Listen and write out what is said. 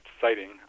sighting